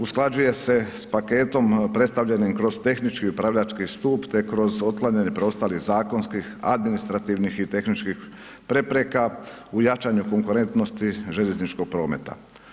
Usklađuje se sa paketom predstavljenim kroz tehnički i upravljački stup te kroz otklanjanje preostalih zakonskih administrativnih i tehničkih prepreka u jačanju konkurentnosti željezničkog prometa.